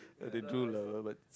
that they drool lah but